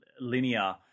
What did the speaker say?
linear